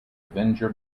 avenger